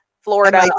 Florida